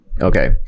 okay